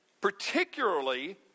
particularly